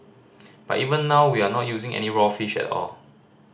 but even now we are not using any raw fish at all